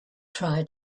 try